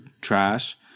trash